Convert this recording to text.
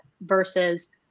versus